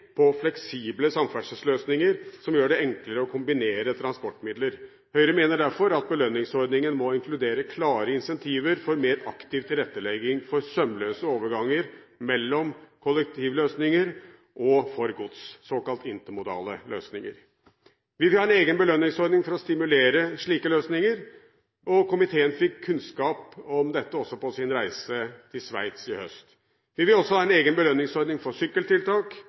på fleksible samferdselsløsninger, som gjør det enklere å kombinere transportmidler. Høyre mener derfor at belønningsordningen må inkludere klare incentiver for mer aktiv tilrettelegging for sømløse overganger mellom kollektivløsninger både for passasjerer og for gods, såkalte intermodale løsninger. Vi vil ha en egen belønningsordning for å stimulere til slike løsninger, og komiteen fikk kunnskap om dette også på sin reise til Sveits i høst. Vi vil også ha en belønningsordning for sykkeltiltak,